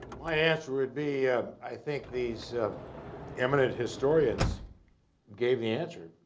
my answer would be i think these eminent historians gave the answer